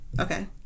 Okay